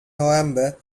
november